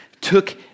took